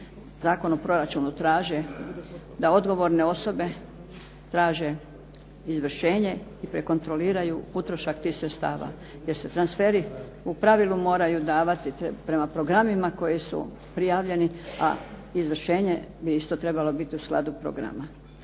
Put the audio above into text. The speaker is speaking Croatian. Zakon o proračunu traži da odgovorne osobe traže izvršenje i prekontroliraju utrošak tih sredstava jer se transferi u pravilu moraju davati prema programima koji su prijavljeni a izvršenje bi isto trebalo biti u skladu programa.